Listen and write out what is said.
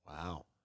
Wow